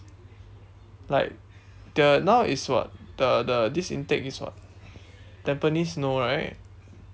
like the now is what the the this intake is what tampines no right